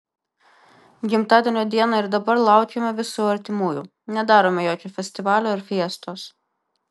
gimtadienio dieną ir dabar laukiame visų artimųjų nedarome jokio festivalio ar fiestos